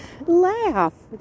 laugh